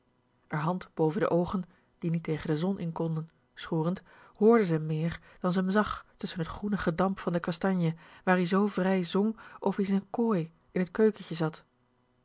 r hand boven de oogen die niet tegen de zon in konden schorend hoorde ze m meer dan ze m zag tusschen t groene gedamp van den kastanje waar-ie zoo vrij zong of-ie in z'n kooi in t keukentje zat